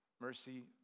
Mercy